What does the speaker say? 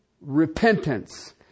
repentance